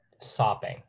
Sopping